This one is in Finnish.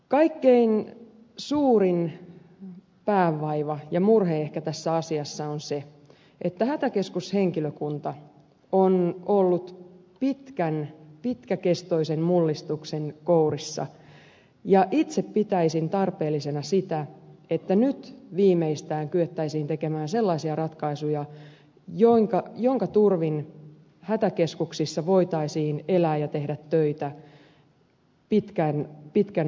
kaikkein suurin päänvaiva ja murhe tässä asiassa on ehkä se että hätäkeskushenkilökunta on ollut pitkäkestoisen mullistuksen kourissa ja itse pitäisin tarpeellisena sitä että nyt viimeistään kyettäisiin tekemään sellaisia ratkaisuja joiden turvin hätäkeskuksissa voitaisiin elää ja tehdä töitä pitkän aikavälin verran